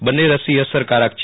બને રસી અસરકારક છે